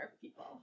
people